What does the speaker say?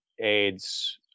aids